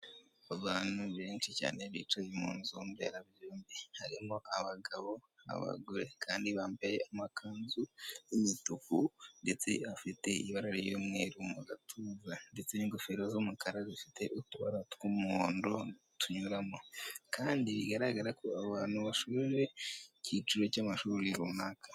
Abantu benshi cyane bicaye mu nzu mberabyombi harimo abagabo n'abagore kandi bambaye amakanzu y'umutuku ndetse afite ibara ry'umweru mu gatuza, ndetse n'ingofero z'umukara zifite utubara tw'umuhondo tunyuramo kandi bigaragara ko abantu bashoje icyiciro cy'amashuri runaka.